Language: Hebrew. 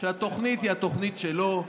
שהתוכנית היא התוכנית שלו,